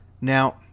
Now